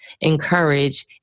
encourage